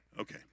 Okay